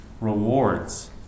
rewards